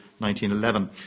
1911